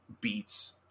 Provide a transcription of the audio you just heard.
beats